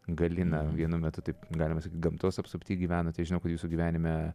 galiną vienu metu taip galima sakyt gamtos apsupty gyvenote žinau kad jūsų gyvenime